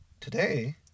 today